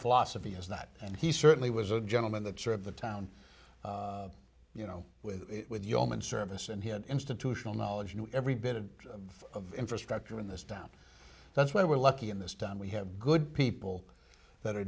philosophy is that and he certainly was a gentleman the chair of the town you know with the allman service and he had institutional knowledge and every bit of infrastructure in this town that's why we're lucky in this town we have good people that are